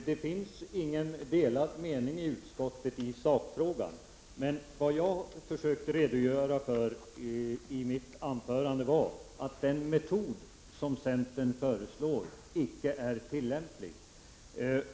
Herr talman! Det finns i utskottet inga delade meningar i sakfrågan. Vad jag försökte redogöra för i mitt anförande var att den metod som centern föreslår icke är tillämplig.